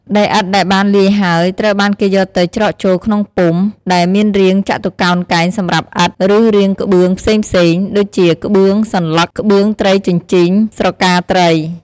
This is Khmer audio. ដីឥដ្ឋដែលបានលាយហើយ ត្រូវបានគេយកទៅច្រកចូលក្នុងពុម្ពដែលមានរាងចតុកោណកែងសម្រាប់ឥដ្ឋ ឬរាងក្បឿងផ្សេងៗ ដូចជាក្បឿងសន្លឹក ក្បឿងត្រីជញ្ជីង "ស្រកាត្រី"។